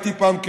הייתי פעם,